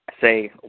say